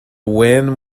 win